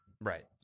Right